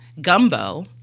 gumbo